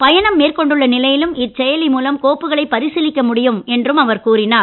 பயணம் மேற்கொண்டுள்ள நிலையிலும் இச்செயலி மூலம் கோப்புகளை பரிசீலிக்க முடியும் என்று அவர் கூறினார்